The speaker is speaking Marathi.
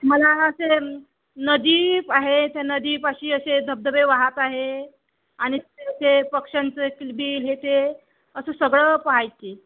मला असे नदी आहे त्या नदीपाशी असे धबधबे वाहत आहे आणि ते पक्ष्यांचे किलबील हे ते असं सगळं पाहायचे